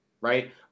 right